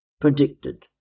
Predicted